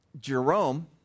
Jerome